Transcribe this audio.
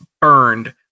burned